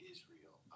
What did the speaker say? Israel